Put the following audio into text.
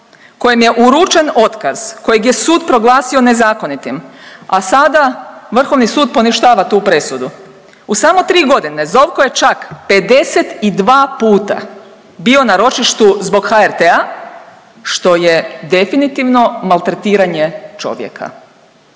kojem je uručen otkaz, kojeg je sud proglasio nezakonitim, a sada Vrhovni sud poništava tu presudu. U samo 3.g. Zovko je čak 52 puta bio na ročištu zbog HRT-a što je definitivno maltretiranje čovjeka.